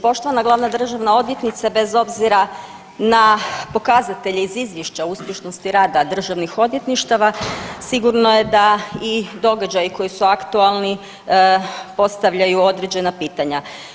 Poštovani glavna državna odvjetnice, bez obzira na pokazatelje iz Izvješća uspješnosti rada državnih odvjetništava sigurno da i događaji koji su aktualni postavljaju određena pitanja.